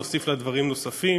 נוסיף לה דברים נוספים.